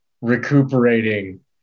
recuperating